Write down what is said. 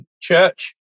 church